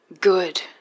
Good